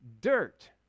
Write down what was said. dirt